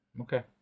Okay